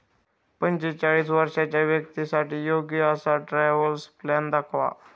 पंचेचाळीस वर्षांच्या व्यक्तींसाठी योग्य असा ट्रॅव्हल प्लॅन दाखवा